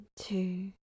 two